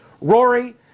Rory